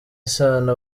isano